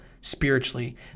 spiritually